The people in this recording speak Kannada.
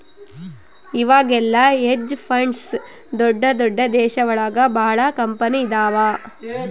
ಇವಾಗೆಲ್ಲ ಹೆಜ್ ಫಂಡ್ಸ್ ದೊಡ್ದ ದೊಡ್ದ ದೇಶ ಒಳಗ ಭಾಳ ಕಂಪನಿ ಇದಾವ